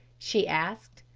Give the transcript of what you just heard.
she asked.